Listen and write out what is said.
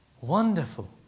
Wonderful